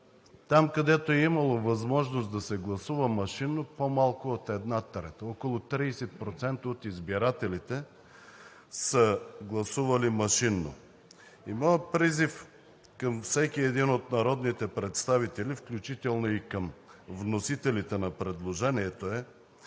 там, където е имало възможност да се гласува машинно, по-малко от една трета – около 30% от избирателите, са гласували машинно. И моят призив към всеки един от народните представители, включително и към вносителите на предложението,